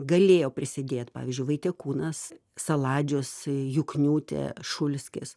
galėjo prisidėt pavyzdžiui vaitekūnas saladžius jukniūtė šulskis